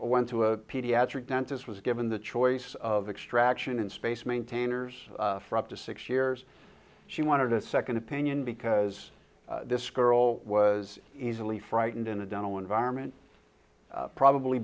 went to a pediatric dentist was given the choice of extraction in space maintainers for up to six years she wanted a second opinion because this girl was easily frightened in a dental environment probably